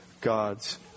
God's